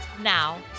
now